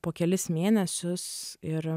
po kelis mėnesius ir